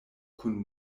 kun